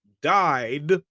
died